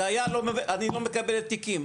זה היה כי אתם לא מקבלים תיקים.